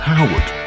Howard